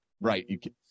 right